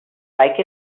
like